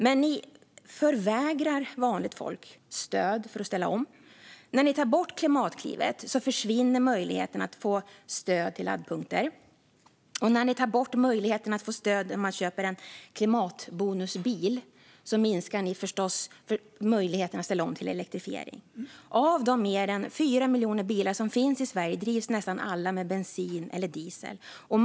Men ni förvägrar vanligt folk stöd för att ställa om. När ni tar bort Klimatklivet försvinner möjligheten att få stöd till laddpunkter. Och när ni tar bort möjligheten att få stöd när man köper en klimatbonusbil minskar ni förstås möjligheten att ställa om till elektrifiering. Av de mer än 4 miljoner bilar som finns i Sverige drivs nästan alla med bensin eller diesel.